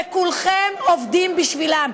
וכולכם עובדים בשבילן.